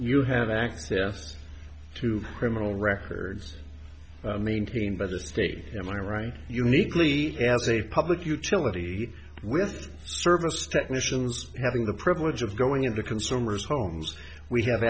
you have access to criminal records maintained by the state am i right uniquely as a public utility with service technicians having the privilege of going into consumers homes we have